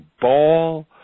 ball